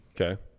Okay